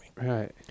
Right